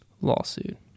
lawsuit